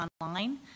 online